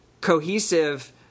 cohesive